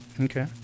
okay